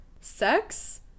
sex